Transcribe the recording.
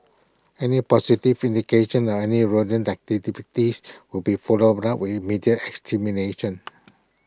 any positive indication or any rodent will be followed up with immediate extermination